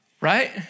Right